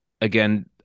Again